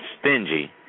Stingy